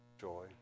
joy